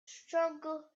struggle